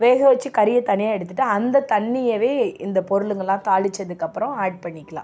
வேக வச்சி கறியை தனியாக எடுத்துகிட்டு அந்த தண்ணிய இந்த பொருளுங்கள்லாம் தாளிச்சதுக்கு அப்புறம் ஆட் பண்ணிக்கலாம்